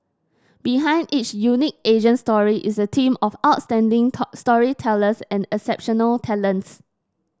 behind each unique Asian story is a team of outstanding storytellers and exceptional talents